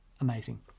Amazing